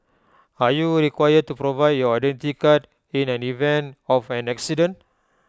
are you required to provide your Identity Card in an event of an accident